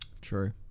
true